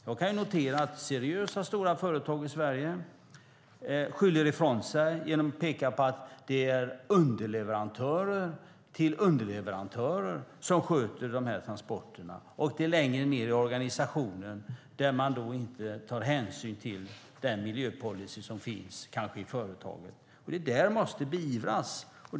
Jag kan notera att seriösa stora företag i Sverige skyller ifrån sig genom att peka på att det är underleverantörer till underleverantörer som sköter dessa transporter och att det är längre ned i organisationen där man inte tar hänsyn till den miljöpolicy som kanske finns i företaget. Detta måste beivras.